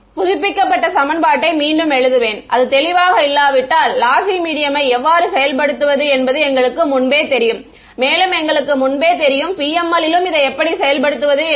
புதுப்பிக்கப்பட்ட சமன்பாட்டை மீண்டும் எழுதுவேன் அது தெளிவாக இல்லாவிட்டால் லாசி மீடியம்மை எவ்வாறு செயல்படுத்துவது என்பது எங்களுக்கு முன்பே தெரியும் மேலும் எங்களுக்கு முன்பே தெரியும் PML லும் இதை எப்படி செயல்படுத்துவது என்று